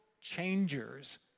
changers